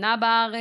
שנה בארץ,